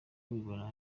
kubibona